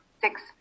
six